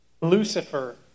Lucifer